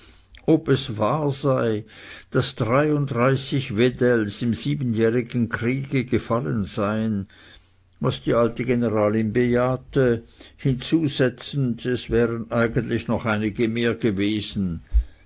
ob es wahr sei daß dreiunddreißig wedells im siebenjährigen kriege gefallen seien was die alte generalin bejahte hinzusetzend es wären eigentlich noch einige mehr gewesen